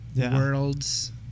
worlds